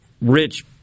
rich